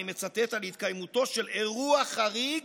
אני מצטט: "על התקיימותו של אירוע חריג,